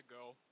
go